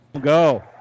Go